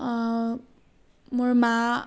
মোৰ মা